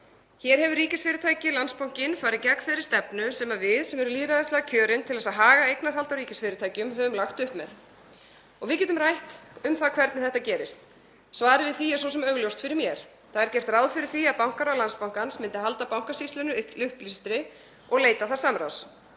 Hér hefur ríkisfyrirtækið Landsbankinn farið gegn þeirri stefnu sem við, sem erum lýðræðislega kjörin til að haga eignarhaldi á ríkisfyrirtækjum, höfum lagt upp með. Við getum rætt um það hvernig þetta gerist. Svarið við því er svo sem augljóst fyrir mér. Það er gert ráð fyrir því að bankaráð Landsbankans haldi Bankasýslunni upplýstri og leiti þar samráðs.